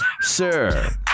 sir